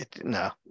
no